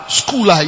school